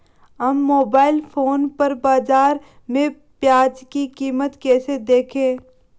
हम mobile phone पर बाज़ार में प्याज़ की कीमत कैसे देखें?